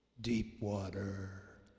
Deepwater